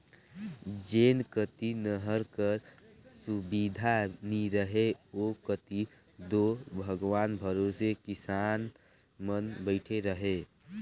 जेन कती नहर कर सुबिधा नी रहें ओ कती दो भगवान भरोसे किसान मन बइठे रहे